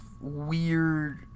weird